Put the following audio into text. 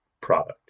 product